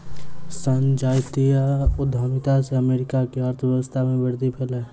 संजातीय उद्यमिता से अमेरिका के अर्थव्यवस्था में वृद्धि भेलै